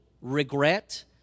regret